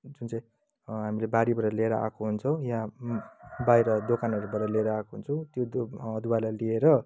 जुन चाहिँ हामीले बारीबाट लिएर आएको हुन्छौँ या बाहिर दोकानहरूबाट लिएर आएको हुन्छौँ त्यो अदुवालाई लिएर